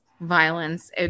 violence